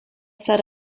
set